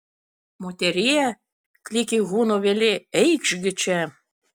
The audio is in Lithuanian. moterie klykė huno vėlė eikš gi čia